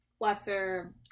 lesser